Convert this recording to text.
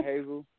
hazel